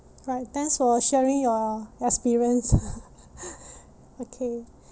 right thanks for sharing your experience okay